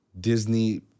Disney